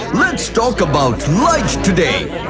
let's talk about light today!